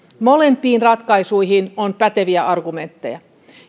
molempiin ratkaisuihin on päteviä argumentteja